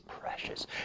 precious